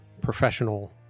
professional